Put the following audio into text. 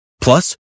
plus